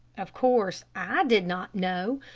of course i did not know,